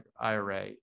IRA